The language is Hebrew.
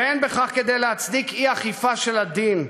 ואין בו כדי להצדיק אי-אכיפה של הדין.